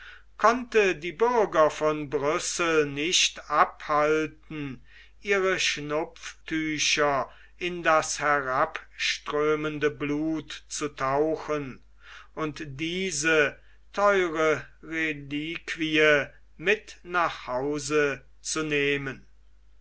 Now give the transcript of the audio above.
konnte die bürger von brüssel nicht abhalten ihre schnupftücher in das herabströmende blut zu tauchen und diese theure reliquie mit nach hause zu nehmen